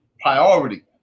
priority